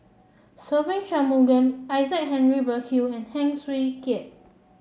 Se Ve Shanmugam Isaac Henry Burkill and Heng Swee Keat